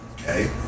Okay